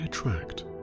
attract